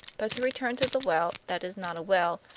but to return to the well that is not a well,